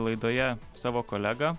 laidoje savo kolegą